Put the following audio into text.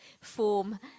form